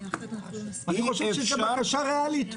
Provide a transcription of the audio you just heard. אני חושב שזו בקשה ריאלית.